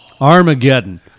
Armageddon